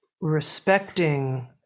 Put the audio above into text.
respecting